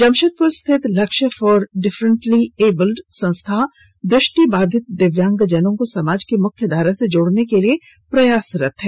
जमशेदपुर स्थित Lakshya for differently able संस्था दृष्टि बाधित दिव्यांग जनों को समाज की मुख्य धारा से जोड़ने के लिए प्रयासरत है